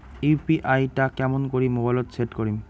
UPI টা কেমন করি মোবাইলত সেট করিম?